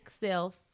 self